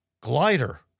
glider